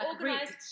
organized